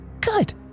good